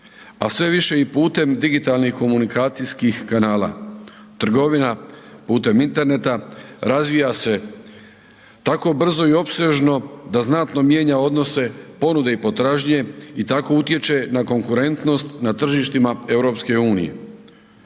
a sve više i putem digitalnih komunikacijskih kanala, trgovina putem interneta razvija se tako brzo i opsežno da znatno mijenja odnose ponude i potražnje i tako utječe na konkurentnost na tržištima EU.